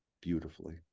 beautifully